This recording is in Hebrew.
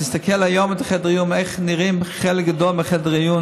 תסתכל איך נראים חלק גדול מחדרי המיון